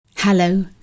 Hello